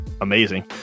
amazing